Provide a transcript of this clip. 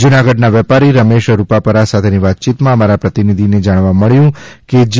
જુનાગઢના વેપારી રમેશ રૂપાપરા સાથેની વાતચીતમાં અમારા પ્રતિનિધિને જાણવા મળ્યું કે જી